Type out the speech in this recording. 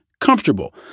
comfortable